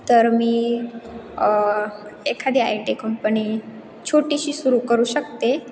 तर मी एखादी आय टी कंपनी छोटीशी सुरू करू शकते